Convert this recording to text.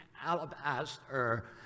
alabaster